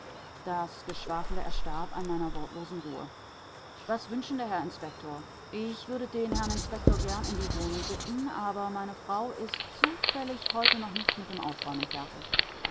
das geschwafele erstarb an meiner wortlosen ruhe was wünschen der herr inspektor ich würde den herrn inspektor gern in die wohnung bitten aber meine frau ist zufällig heute noch nicht mit dem aufräumen fertig